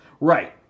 right